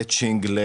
מאצ'ינג-